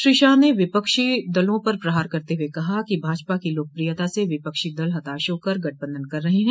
श्री शाह ने विपक्षी दलों पर प्रहार करते हुए कहा कि भाजपा की लोकप्रियता से विपक्षी दल हताश होकर गठबंधन कर रहे हैं